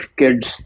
kids